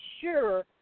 sure